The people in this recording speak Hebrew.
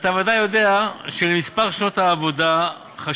ואתה ודאי יודע שלמספר שנות העבודה חשיבות